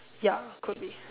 ya could be